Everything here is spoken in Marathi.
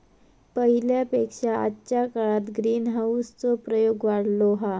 पहिल्या पेक्षा आजच्या काळात ग्रीनहाऊस चो प्रयोग वाढलो हा